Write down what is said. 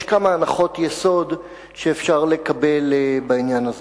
יש כמה הנחות יסוד שאפשר לקבל בעניין הזה.